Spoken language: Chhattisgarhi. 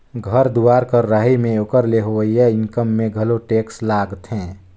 घर दुवार कर रहई में ओकर ले होवइया इनकम में घलो टेक्स लागथें